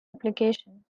application